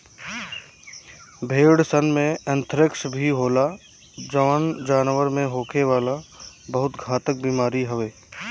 भेड़सन में एंथ्रेक्स भी होला जवन जानवर में होखे वाला बहुत घातक बेमारी हवे